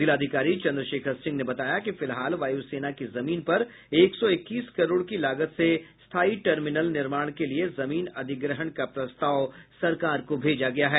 जिलाधिकारी चंद्रशेखर सिंह ने बताया कि फिलहाल वायूसेना की जमीन पर एक सौ इक्कीस करोड़ की लागत से स्थायी टर्मिनल निर्माण के लिये जमीन अधिग्रहण का प्रस्ताव सरकार को भेजा गया है